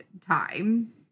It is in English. time